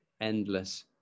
endless